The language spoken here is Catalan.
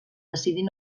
decidir